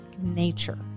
nature